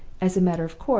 as a matter of course,